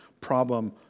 problem